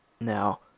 Now